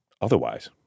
otherwise